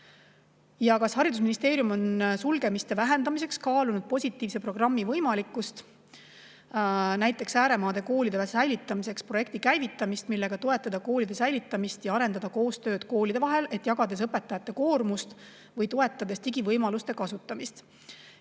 "Kas Haridusministeerium on sulgemiste vähendamiseks kaalunud positiivse programmi võimalikkust? Näiteks ääremaade koolide säilitamiseks projekti käivitamist, millega toetada koolide säilimist ja arendada koostööd koolide vahel, jagades õpetajate koormust või toetades digivõimaluste kasutamist?"